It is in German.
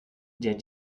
der